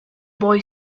boy